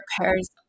pairs